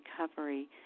recovery